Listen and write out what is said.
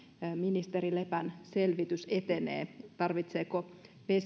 etenee ministeri lepän selvitys siitä tarvitseeko